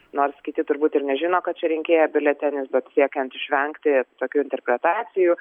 nors kiti turbūt ir nežino kad čia rinkėjo biuletenis bet siekiant išvengti tokių interpretacijų